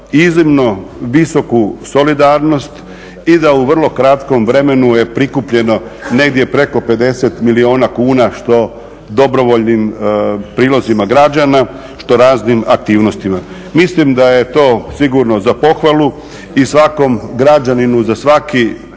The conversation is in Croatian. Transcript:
iznimno visoku solidarnost i da u vrlo kratkom vremenu je prikupljeno negdje preko 50 milijuna kuna, što dobrovoljnim prilozima građana, što raznim aktivnostima. Mislim da je to sigurno za pohvalu i svakom građaninu za svaki